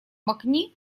макни